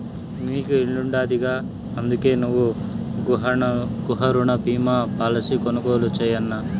నీకు ఇల్లుండాదిగా, అందుకే నువ్వు గృహరుణ బీమా పాలసీ కొనుగోలు చేయన్నా